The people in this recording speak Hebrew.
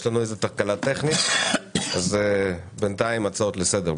יש לנו תקלה טכנית ולכן בינתיים הצעות לסדר.